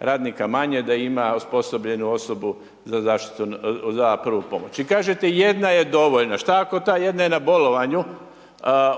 radnika manje da ima osposobljenu osobu za prvu pomoć. I kažete jedna je dovoljna. Šta ako ta jedna je na bolovanju?